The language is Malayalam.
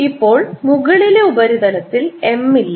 ഇപ്പോൾ മുകളിലെ ഉപരിതലത്തിൽ M ഇല്ല